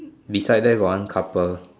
beside there got one couple